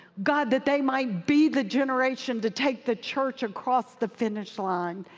god, that they might be the generation to take the church across the finish line.